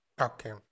Okay